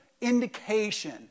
indication